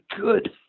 good